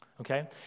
Okay